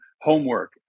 homework